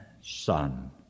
son